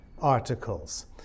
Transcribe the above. Articles